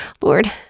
Lord